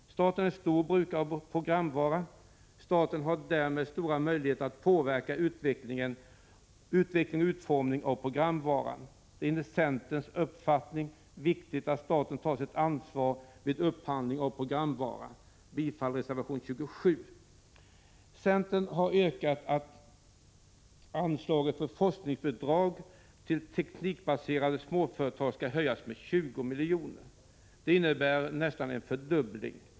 Staten är en stor brukare av programvara. Staten har därmed stora möjligheter att påverka utvecklingen och utformningen av programvaran. Det är enligt centerns uppfattning viktigt att staten tar sitt ansvar vid upphandling av programvara. Jag yrkar bifall till reservation 27. Centern har yrkat att anslaget för forskningsbidrag till teknikbaserade småföretag skall höjas med 20 miljoner. Det innebär nästan en fördubbling.